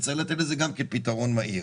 וצריך לתת גם לזה פתרון מהיר.